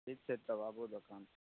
ठीक छै तब आबू दोकान